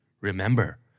Remember